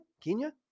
Kenya